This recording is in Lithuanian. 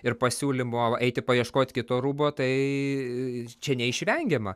ir pasiūlymu eiti paieškot kito rūbo tai čia neišvengiama